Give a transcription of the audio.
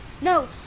No